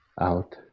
out